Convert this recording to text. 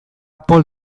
paul